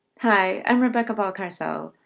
hi, i'm rebecca balcarcel.